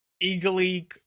eagerly